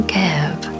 give